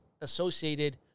associated